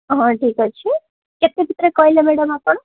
ହଁ ଠିକ୍ ଅଛି କେତେ ଭିତରେ କହିଲେ ମ୍ୟାଡ଼ାମ୍ ଆପଣ